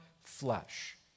flesh